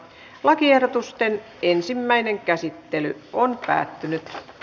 lakiehdotusten ensimmäinen käsittely päättyi